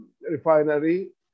refinery